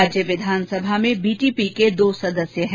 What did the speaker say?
राज्य विधानसभा में बीटीपी के दो सदस्य हैं